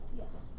Yes